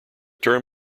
title